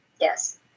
Yes